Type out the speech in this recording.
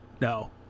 no